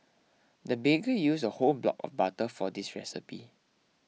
the baker used a whole block of butter for this recipe